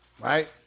right